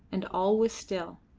and all was still.